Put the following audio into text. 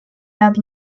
that